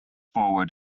forward